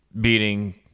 beating